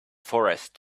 forest